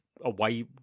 away